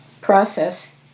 process